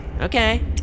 okay